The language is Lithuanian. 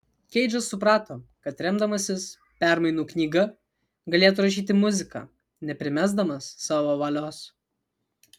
keidžas suprato kad remdamasis permainų knyga galėtų rašyti muziką neprimesdamas savo valios